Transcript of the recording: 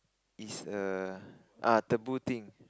is a ah taboo thing